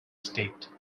state